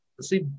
see